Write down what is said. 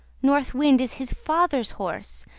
north wind is his father's horse!